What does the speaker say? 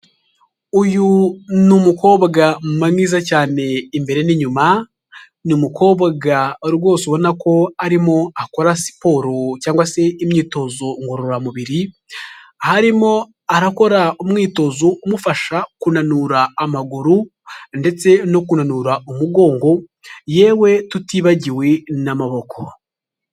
Uyu ni umukobwa mwiza cyane imbere n'inyuma, ni umukobwa rwose ubona ko arimo akora siporo cyangwa se imyitozo ngororamubiri, aho arimo arakora umwitozo umufasha kunanura amaguru ndetse no kunanura umugongo, yewe tutibagiwe n'amaboko.